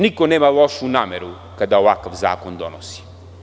Niko nema lošu nameru kada ovakav zakon donosi.